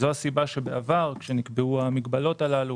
זו הסיבה לכך שבעבר, כשנקבעו המגבלות הללו,